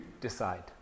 decide